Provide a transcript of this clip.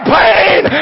pain